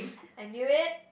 I knew it